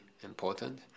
important